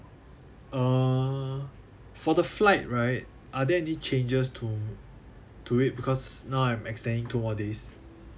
uh for the flight right are there any changes to to it because now I'm extending two more days